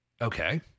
Okay